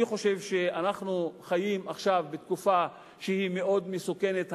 אני חושב שאנחנו חיים עכשיו בתקופה מאוד מסוכנת.